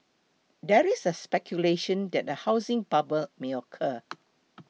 there is speculation that a housing bubble may occur